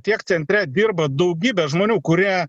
tiek centre dirba daugybė žmonių kurie